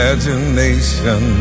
Imagination